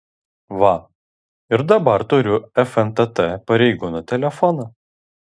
va ir dabar turiu fntt pareigūno telefoną